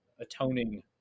atoning